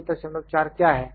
564 क्या है